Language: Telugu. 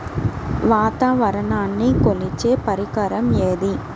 వాతావరణాన్ని కొలిచే పరికరం ఏది?